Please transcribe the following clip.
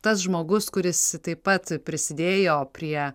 tas žmogus kuris taip pat prisidėjo prie